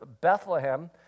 Bethlehem